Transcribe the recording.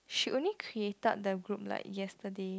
she only created that group like yesterday